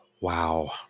wow